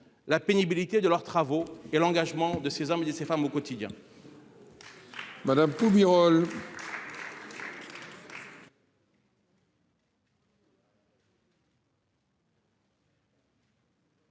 la pénibilité du travail et l'engagement de ces hommes et de ces femmes au quotidien.